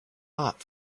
hot